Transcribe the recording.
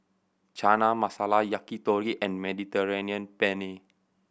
Chana Masala Yakitori and Mediterranean Penne